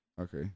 Okay